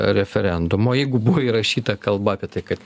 referendumo jeigu buvo įrašyta kalba apie tai kad